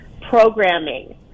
programming